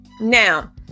Now